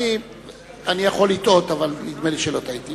אני יכול לטעות, אבל נדמה לי שלא טעיתי.